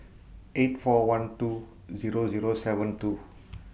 eight four one two Zero Zero seven two